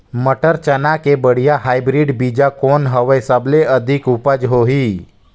मटर, चना के बढ़िया हाईब्रिड बीजा कौन हवय? सबले अधिक उपज होही?